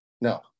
No